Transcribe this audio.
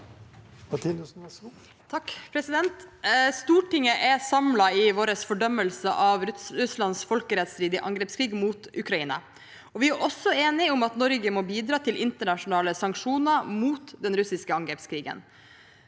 (R) Stortinget er samlet i vår fordømmelse av Russlands folkerettsstridige angrepskrig mot Ukraina. Vi er også enige om at Norge må bidra til internasjonale sanksjoner mot den russiske angrepskrigen.